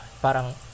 Parang